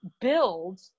build